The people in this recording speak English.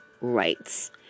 rights